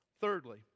Thirdly